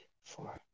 four